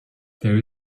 there